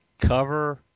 cover